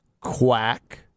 Quack